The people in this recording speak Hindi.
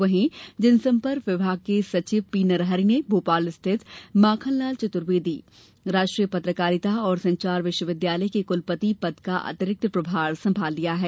वहीं जनसंपर्क विभाग के सचिव पी नरहरि ने भोपाल स्थित माखनलाल चतुर्वेदी राष्ट्रीय पत्रकारिता और संचार विश्वविद्यालय के कलपति पद का अतिरिक्त प्रभार संभाल लिया है